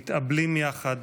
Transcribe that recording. מתאבלים יחד,